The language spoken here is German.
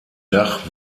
dach